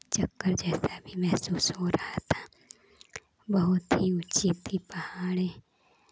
चक्कर जैसा भी महसूस हो रहा था बहुत ही ऊंची थी पहाड़ी